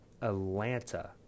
Atlanta